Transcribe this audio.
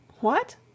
What